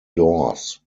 doors